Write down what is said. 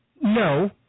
no